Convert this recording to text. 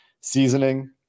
seasoning